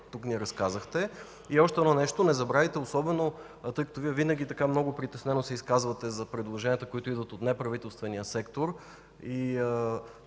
ни разказахте тук. Още едно нещо. Не забравяйте, тъй като Вие винаги много притеснено се изказвате за предложенията, които идват от неправителствения сектор,